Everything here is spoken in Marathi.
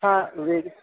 हां वेग